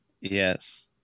Yes